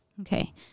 Okay